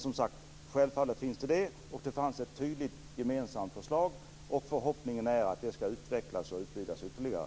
Som sagt: Det fanns ett tydligt gemensamt förslag, och förhoppningen är att det skall utvecklas och utbyggas ytterligare.